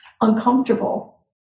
uncomfortable